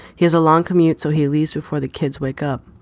he has a long commute, so he leaves before the kids wake up.